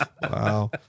Wow